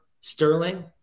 Sterling